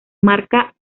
marca